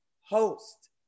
host